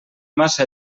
massa